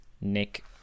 Nick